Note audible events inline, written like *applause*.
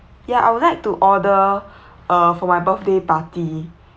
ya I would like to order *breath* uh for my birthday party